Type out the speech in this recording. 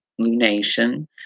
lunation